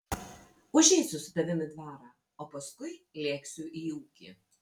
užeisiu su tavimi į dvarą o paskui lėksiu į ūkį